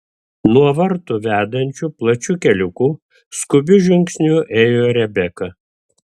nuo vartų vedančiu plačiu keliuku skubiu žingsniu ėjo rebeka